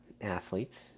athletes